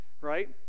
right